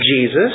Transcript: Jesus